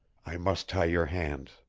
i must tie your hands.